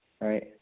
right